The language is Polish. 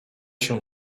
się